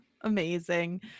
Amazing